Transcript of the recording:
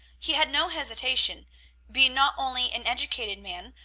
he had no hesitation being not only an educated man,